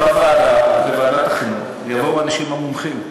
בוועדת החינוך יבואו האנשים המומחים.